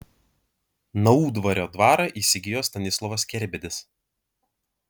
naudvario dvarą įsigijo stanislovas kerbedis